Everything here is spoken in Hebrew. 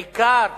בעיקר